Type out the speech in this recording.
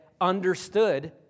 understood